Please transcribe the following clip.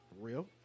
real